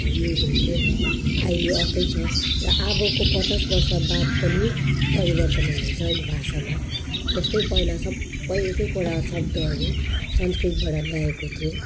use हुन्थ्यो र अहिले अर्कै छ र अबको पचास वर्षबाद पनि परिवर्तन हुनेछ यो भाषामा जस्तै पहिला सबै एक एकवटा शब्दहरू संस्कृबाट ल्याइएको थियो